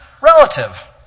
relative